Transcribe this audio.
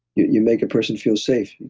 you make a person feel safe.